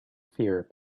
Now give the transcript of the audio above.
fear